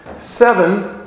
seven